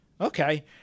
Okay